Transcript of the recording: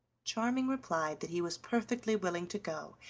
charming replied that he was perfectly willing to go,